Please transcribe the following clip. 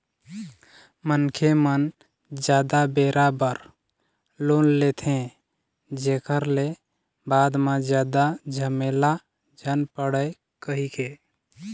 मनखे मन जादा बेरा बर लोन लेथे, जेखर ले बाद म जादा झमेला झन पड़य कहिके